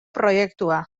proiektua